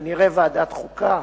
כנראה ועדת חוקה